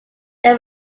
they